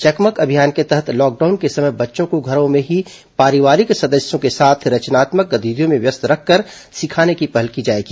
चकमक अभियान के तहत लॉकडाउन के समय बच्चों को घरों में ही पारिवारिक सदस्यों के साथ रचनात्मक गतिविधियों में व्यस्त रखकर सिखाने की पहल की जाएगी